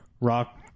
rock